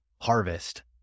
harvest